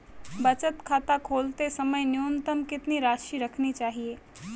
बचत खाता खोलते समय न्यूनतम कितनी राशि रखनी चाहिए?